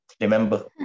Remember